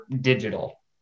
digital